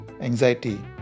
anxiety